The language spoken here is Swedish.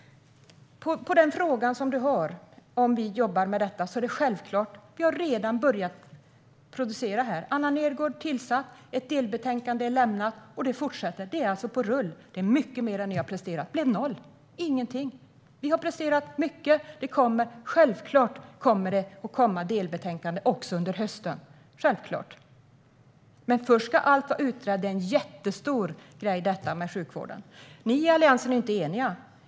Svaret på din fråga om vi jobbar med detta är självklart att vi redan har börjat producera här. Anna Nergårdh är tillsatt som utredare, och ett delbetänkande är lämnat. Det är alltså på rull. Det är mycket mer än vad ni har presterat. Det blev noll - ingenting. Självklart kommer det ett delbetänkande också under hösten. Men först ska allt vara utrett, för detta med sjukvården är en jättestor grej. Ni i Alliansen är inte eniga.